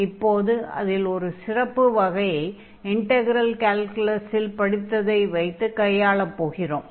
இப்போது அதில் ஒரு சிறப்பு வகையை இன்டக்ரெல் கால்குலஸில் படித்ததை வைத்து கையாளப் போகிறோம்